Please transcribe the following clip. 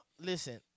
Listen